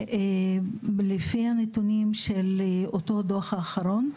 ולפי הנתונים של אותו הדוח האחרון,